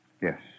Yes